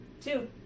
Two